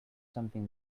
something